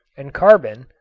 and carbon,